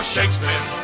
Shakespeare